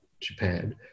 japan